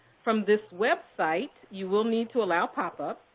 from this website, you will need to allow pop-ups.